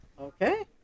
Okay